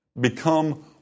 become